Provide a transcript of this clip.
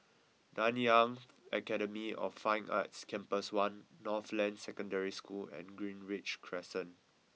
Nanyang Academy of Fine Arts Campus One Northland Secondary School and Greenridge Crescent